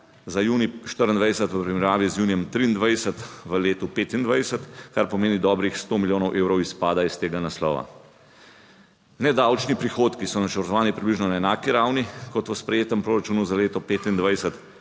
za junij 2024 v primerjavi z junijem 2023 v letu 2025, kar pomeni dobrih sto milijonov evrov izpada iz tega naslova. Nedavčni prihodki so načrtovani približno na enaki ravni kot v sprejetem proračunu za leto 2025.